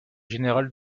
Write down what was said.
général